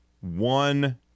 One